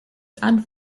and